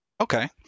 Okay